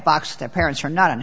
box their parents are not